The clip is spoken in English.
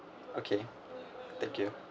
okay thank you